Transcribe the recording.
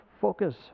focus